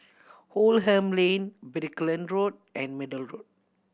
Oldham Lane Brickland Road and Middle Road